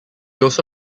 also